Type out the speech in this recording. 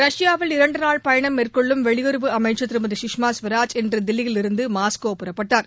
ரஷ்யாவில் இரண்டு நாள் பயணம் மேற்கொள்ளும் வெளியுறவு அமைச்சர் திருமதி சுஷ்மா ஸ்வராஜ் இன்று தில்லியிலிருந்து மாஸ்கோ புறப்பட்டார்